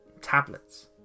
tablets